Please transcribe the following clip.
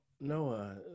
Noah